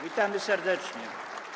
Witamy serdecznie.